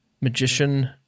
magician